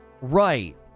Right